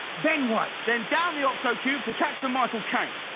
then what. then down the oxo cube to catch the michael kane.